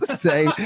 Say